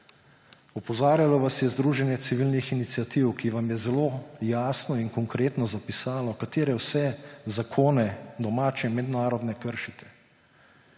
Opozarjalo vas je združenje civilnih iniciativ, ki vam je zelo jasno in konkretno zapisalo, katere vse zakone – domače, mednarodne – kršite.